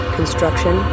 Construction